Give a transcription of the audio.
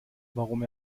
warum